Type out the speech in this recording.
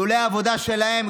לולא העבודה שלהם,